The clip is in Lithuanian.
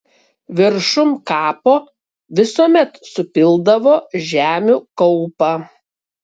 viršum kapo visuomet supildavo žemių kaupą